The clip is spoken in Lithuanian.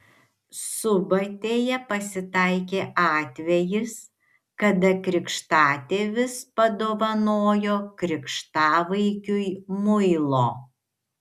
subatėje pasitaikė atvejis kada krikštatėvis padovanojo krikštavaikiui muilo